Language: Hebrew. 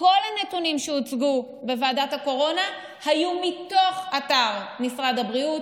כל הנתונים שהוצגו בוועדת הקורונה היו מתוך אתר משרד הבריאות,